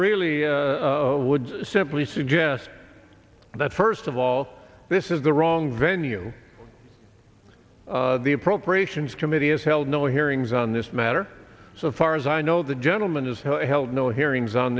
really would simply suggest that first of all this is the wrong venue the appropriations committee has held no hearings on this matter so far as i know the gentleman has held no hearings on